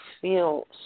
feel